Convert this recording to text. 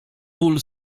ból